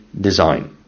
design